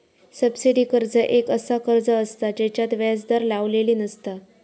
subsidy कर्ज एक असा कर्ज असता जेच्यात व्याज दर लावलेली नसता